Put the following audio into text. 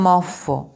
Moffo